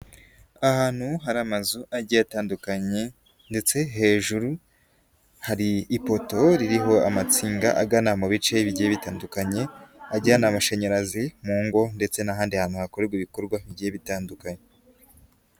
Ahantu hari amazu agiye atandukanye ndetse hejuru hari ipoto ririho amatsinga agana mu bice bigiye bitandukanye, ajyana amashanyarazi mu ngo ndetse n'ahandi hantu hakorwa ibikorwa bigiye bitandukanye.